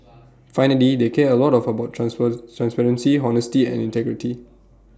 finally they care A lot of about trans per transparency honesty and integrity